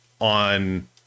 on